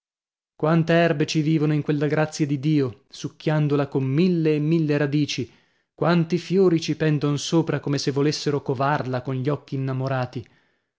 quante erbe ci vivono in quella grazia di dio succhiandola con mille e mille radici quanti fiori ci pendon sopra come se volessero covarla con gli occhi innamorati